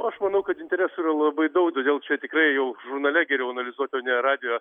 aš manau kad interesų ir labai daugiau čia tikrai jau žurnale geriau analizuoti ne radijo